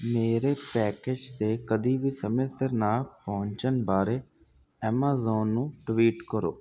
ਮੇਰੇ ਪੈਕੇਜ ਦੇ ਕਦੇ ਵੀ ਸਮੇਂ ਸਿਰ ਨਾ ਪਹੁੰਚਣ ਬਾਰੇ ਐਮਾਜ਼ਾਨ ਨੂੰ ਟਵੀਟ ਕਰੋ